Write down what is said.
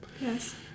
Yes